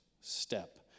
step